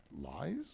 lies